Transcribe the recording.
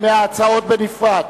מההצעות בנפרד.